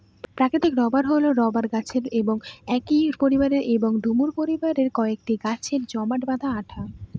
প্রাকৃতিক রবার হল রবার গাছ বা একই পরিবারের এবং ডুমুর পরিবারের কয়েকটি গাছের জমাট বাঁধা আঠা